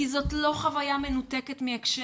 כי זאת לא חוויה מנותקת מהקשר.